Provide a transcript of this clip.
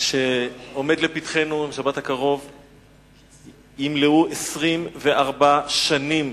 הקרוב שעומד לפתחנו ימלאו 24 שנים